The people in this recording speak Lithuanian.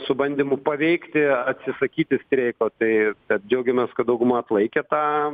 su bandymu paveikti atsisakyti streiko tai tad džiaugiamės kad dauguma atlaikė tą